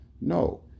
No